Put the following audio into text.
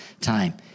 time